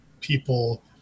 people